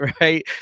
right